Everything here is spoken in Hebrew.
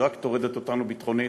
היא רק טורדת אותנו ביטחונית,